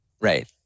Right